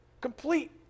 Complete